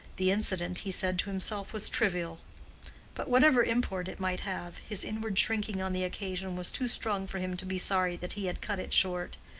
the incident, he said to himself, was trivial but whatever import it might have, his inward shrinking on the occasion was too strong for him to be sorry that he had cut it short.